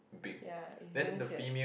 ya it's damn sad